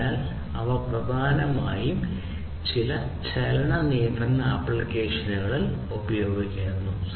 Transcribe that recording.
അതിനാൽ ഇവ പ്രധാനമായും ചലന നിയന്ത്രണ ആപ്ലിക്കേഷനുകളിൽ ഉപയോഗിക്കുന്നു